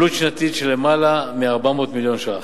עלות שנתית של למעלה מ-400 מיליון ש"ח.